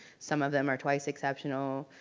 some of them are twice exceptional,